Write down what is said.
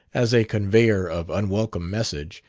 as a conveyor of unwelcome message,